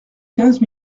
quinze